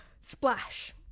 Splash